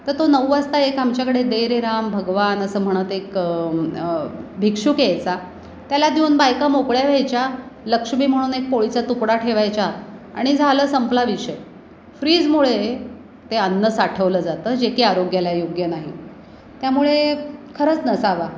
तर तो नऊ वाजता एक आमच्याकडे दे रे राम भगवान असं म्हणत एक भिक्षुक यायचा त्याला देऊन बायका मोकळ्या व्यायच्या लक्ष्मी म्हणून एक पोळीचा तुकडा ठेवायच्या आणि झालं संपला विषय फ्रीजमुळे ते अन्न साठवलं जातं जे की आरोग्याला योग्य नाही त्यामुळे खरंच नसावा